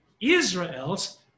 Israel's